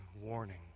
warning